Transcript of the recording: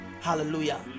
Hallelujah